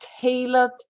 tailored